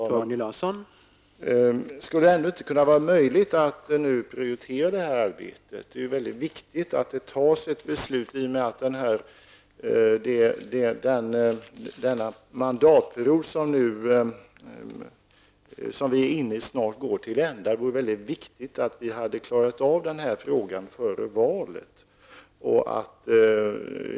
Herr talman! Skulle det ändå inte vara möjligt att nu prioritera detta arbete? Det är ju viktigt att det fattas ett beslut i och med att den mandatperiod vi nu är inne i snart är till ända. Det vore mycket bra om vi kunde klara av frågan före valet.